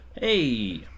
hey